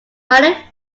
minor